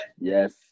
Yes